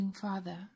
Father